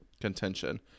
contention